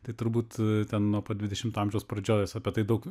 tai turbūt ten nuo pat dvidešimto amžiaus pradžios apie tai daug